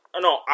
No